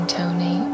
Tony